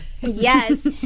Yes